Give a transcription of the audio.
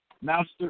Master